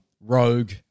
rogue